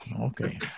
Okay